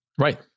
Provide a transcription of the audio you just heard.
Right